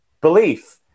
belief